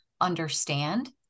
understand